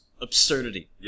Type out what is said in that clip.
absurdity